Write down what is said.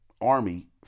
army